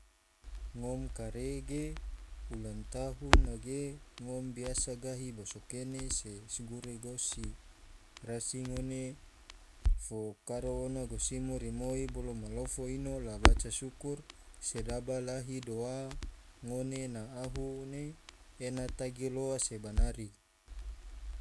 Ngom kare ge ulang tahun nage ngom biasa gahi boso kene se so guro gosi, rasi ngone fo kafo ona gosimo rimoi bolo malofo ino la waca syukur, sedaba lahi doa ngone na ahu ne ena tagi loa se banari.